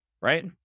right